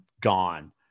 gone